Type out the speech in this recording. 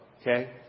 Okay